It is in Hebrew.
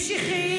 משיחיים,